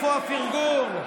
איפה הפרגון?